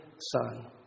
son